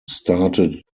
started